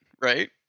right